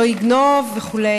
לא יגנוב וכו',